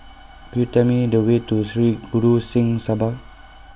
Could YOU Tell Me The Way to Sri Guru Singh Sabha